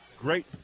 Great